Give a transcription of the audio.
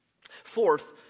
Fourth